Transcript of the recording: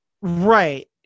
Right